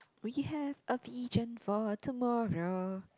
we have a vision for tomorrow